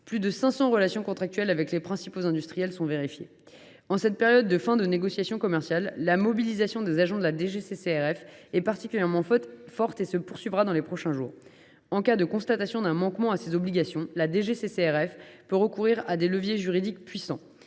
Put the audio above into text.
Plus de 500 relations contractuelles avec les principaux industriels sont ainsi vérifiées. En cette période de fin de négociations commerciales, la mobilisation des agents de la DGCCRF est particulièrement forte et se poursuivra dans les prochains jours. En cas de constatation d’un manquement à ces obligations, la DGCCRF peut recourir à des leviers juridiques puissants.